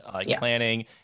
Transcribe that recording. planning